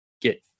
get